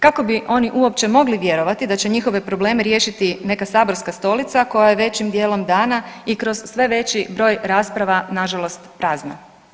Kako bi oni uopće mogli vjerovati da će njihove probleme riješiti neka saborska stolica koja je većim dijelom dana i kroz sve veći broj rasprava nažalost prazna?